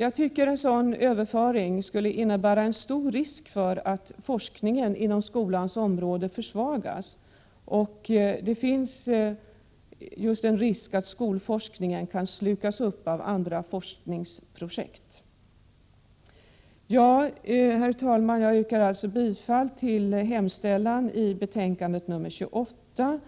Jag anser att en sådan överföring skulle innebära en stor risk för att forskningen inom skolans område försvagas, att skolforskningen kan slukas upp av andra forskningsprojekt. Herr talman! Jag yrkar alltså beträffande betänkande 28